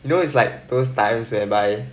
you know it's like those times whereby